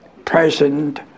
present